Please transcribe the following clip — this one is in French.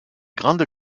grande